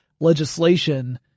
legislation